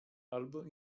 albo